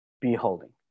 beholding